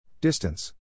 Distance